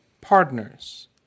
partners